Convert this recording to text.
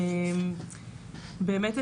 באמת,